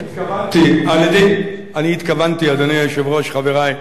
התכוונתי, אדוני היושב-ראש, חברי,